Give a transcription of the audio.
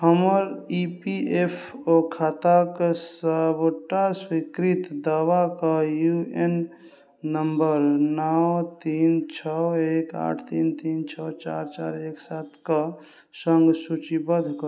हमर E P F O खाताके सबटा स्वीकृत दावाक यू एन नम्बर नओ तीन छओ एक आठ तीन तीन छओ चारि चारि एक सात कऽ सङ्ग सूचीबद्ध कऽ